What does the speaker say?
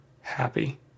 happy